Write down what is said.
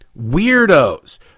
weirdos